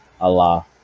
Allah